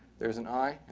there's an eye.